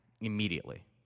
immediately